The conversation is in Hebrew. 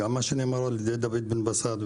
גם על מה שנאמר על ידי דוד בן בסט,